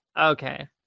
Okay